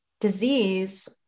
disease